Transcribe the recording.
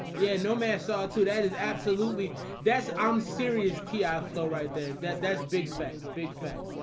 yeah, no man saw to that is absolutely that's i'm serious t i flow right there that that's big facts big facts.